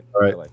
right